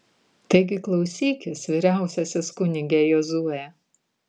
taigi klausykis vyriausiasis kunige jozue